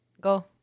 Go